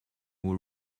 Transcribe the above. who